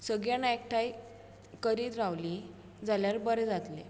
सगळीं जाणां एकठांय करीत रावलीं जाल्यार बरें जातलें